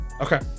okay